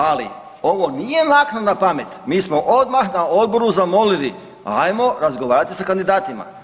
Ali, ovo nije naknadna pamet, mi smo odmah na odboru zamolili, ajmo razgovarati sa kandidatima.